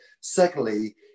Secondly